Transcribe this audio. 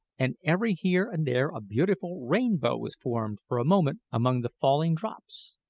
and every here and there a beautiful rainbow was formed for a moment among the falling drops.